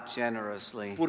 generously